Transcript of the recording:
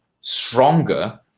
stronger